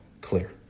clear